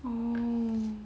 orh